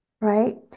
right